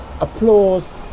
applause